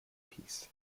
piece